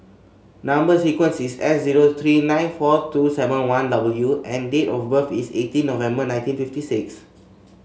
number sequence is S zero three nine four two seven one W and date of birth is eighteen November nineteen fifty six